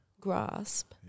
grasp